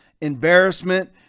embarrassment